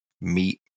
meat